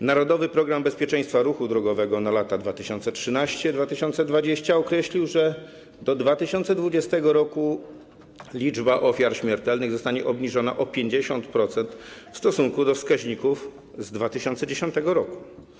W „Narodowym programie bezpieczeństwa ruchu drogowego na lata 2013-2020” określono, że do 2020 r. liczba ofiar śmiertelnych zostanie obniżona o 50% w stosunku do wskaźników z 2010 r.